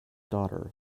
daughter